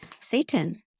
Satan